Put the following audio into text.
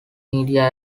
media